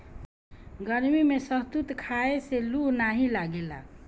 गरमी में शहतूत खाए से लूह नाइ लागेला